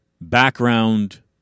background